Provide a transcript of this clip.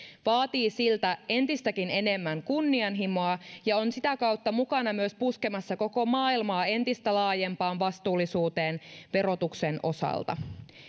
vaatii siltä entistäkin enemmän kunnianhimoa ja on sitä kautta mukana myös puskemassa koko maailmaa entistä laajempaan vastuullisuuteen verotuksen osalta